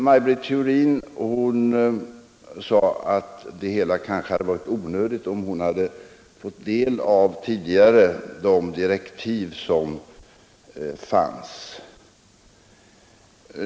Maj Britt Theorin sade att hela denna debatt kanske hade varit onödig om hon tidigare hade fått ta del av de direktiv som förelåg.